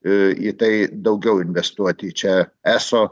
į tai daugiau investuoti čia eso